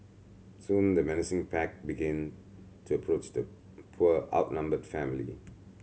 soon the menacing pack began to approach the poor outnumbered family